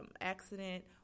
accident